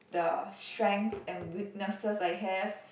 the strength and weaknesses I have